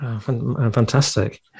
Fantastic